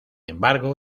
embargo